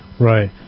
Right